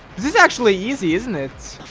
this is actually easy isn't it?